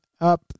up